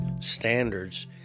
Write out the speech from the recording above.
standards